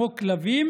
כמו כלבים,